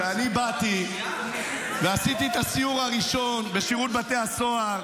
כשאני באתי ועשיתי את הסיור הראשון בשירות בתי הסוהר,